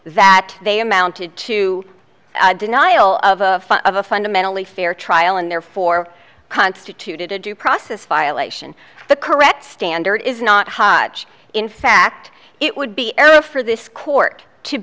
that they amounted to denial of a fundamentally fair trial and therefore constituted a due process violation of the correct standard is not hotch in fact it would be for this court to